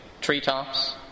Treetops